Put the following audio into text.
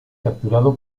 capturado